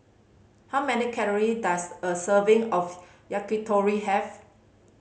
how many calory does a serving of Yakitori have